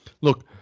look